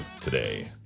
today